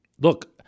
Look